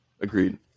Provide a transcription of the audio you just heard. agreed